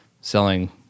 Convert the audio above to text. selling